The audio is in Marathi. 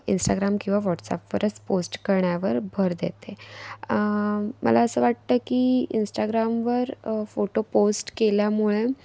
इंस्टाग्राम किंवा व्हाॅट्सअपवरच पोस्ट करण्यावर भर देते मला असं वाटतं की इंस्टाग्रामवर अ फोटो पोस्ट केल्यामुळे